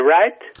right